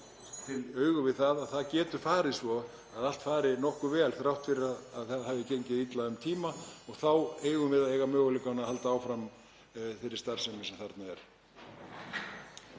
í augu við að það getur farið svo að allt fari nokkuð vel þrátt fyrir að það hafi gengið illa um tíma og þá eigum við að eiga möguleika á að halda áfram þeirri starfsemi sem þarna er.